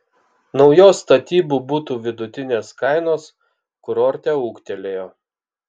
naujos statybos butų vidutinės kainos kurorte ūgtelėjo